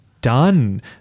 done